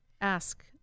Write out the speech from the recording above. ask